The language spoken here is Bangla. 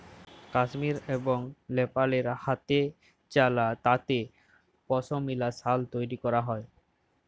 কাশ্মীর এবং লেপালে হাতেচালা তাঁতে পশমিলা সাল তৈরি ক্যরা হ্যয়